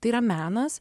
tai yra menas